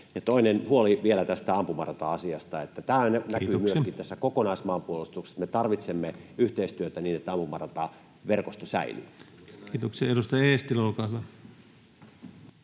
Toinen on huoli vielä tästä ampumarata-asiasta. Tämä näkyy myöskin [Puhemies: Kiitoksia!] tässä kokonaismaanpuolustuksessa. Me tarvitsemme yhteistyötä, niin että ampumarataverkosto säilyy. Kiitoksia. — Edustaja Eestilä, olkaa hyvä.